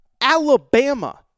Alabama